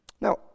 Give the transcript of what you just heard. Now